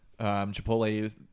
Chipotle